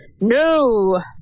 no